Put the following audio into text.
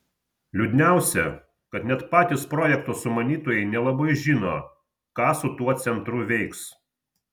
liūdniausia kad net patys projekto sumanytojai nelabai žino ką su tuo centru veiks